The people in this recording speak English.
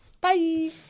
Bye